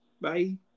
Bye